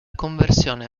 conversione